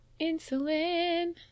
Insulin